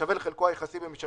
-- תשתמשו במה